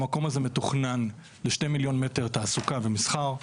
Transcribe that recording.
המקום הזה מתוכנן ל-2 מיליון מטר תעשייה ומסחר,